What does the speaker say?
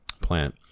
plant